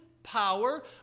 Power